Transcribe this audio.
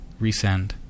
resend